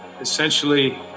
Essentially